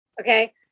okay